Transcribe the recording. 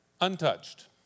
untouched